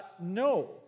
no